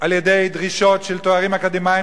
על-ידי דרישות של תארים אקדמיים,